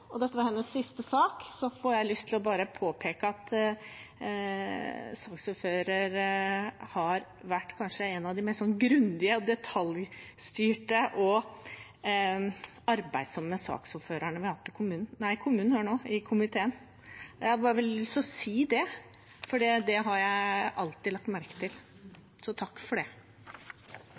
Og når jeg nevner saksordføreren, dette var hennes siste sak, får jeg bare lyst til å påpeke at saksordføreren kanskje har vært en av de mest grundige, detaljstyrte og arbeidsomme saksordførerne vi har hatt i komiteen. Jeg hadde bare veldig lyst til å si det. Det har jeg alltid lagt merke til – så takk for det.